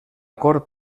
cort